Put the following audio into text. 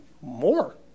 More